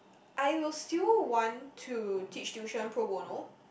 I will still want to teach tuition pro bono